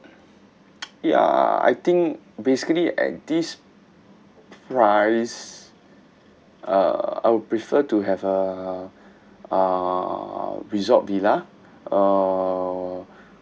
ya I think basically at this price uh I would prefer to have uh uh resort villa uh